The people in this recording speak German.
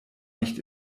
nicht